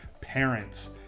parents